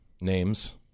names